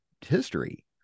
history